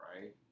Right